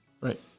Right